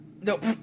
Nope